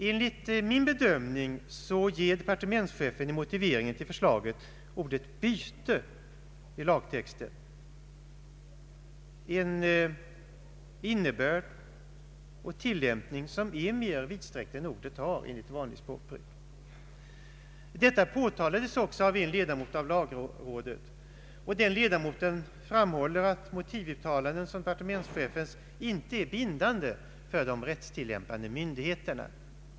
Enligt min bedömning ger departementschefen i motiveringen till förslaget ordet ”byte” i lagtexten en tillämpning och innebörd som är mer vidsträckt än ordet enligt vanligt språkbruk har. Detta påtalades också av en ledamot av lagrådet. Han framhåller att ett motivuttalande som departementschefens inte är bindande för de rättstillämpande myndigheterna.